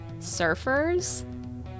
surfers